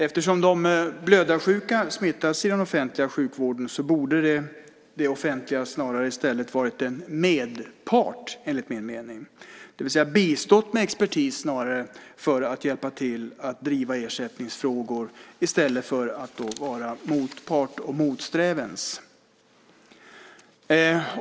Eftersom de blödarsjuka smittats i den offentliga sjukvården borde det offentliga snarare ha varit en "medpart" enligt min mening, det vill säga de borde ha bistått med expertis för att hjälpa till att driva ersättningsfrågor i stället för att vara motpart och motsträvande.